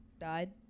died